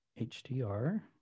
HDR